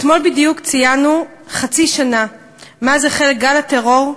אתמול בדיוק ציינו חצי שנה מאז החל גל הטרור,